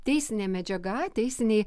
teisinė medžiaga teisiniai